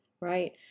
right